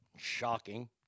Shocking